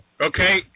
okay